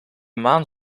maan